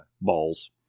Balls